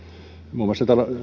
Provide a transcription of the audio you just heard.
muun